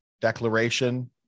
declaration